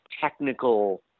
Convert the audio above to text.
technical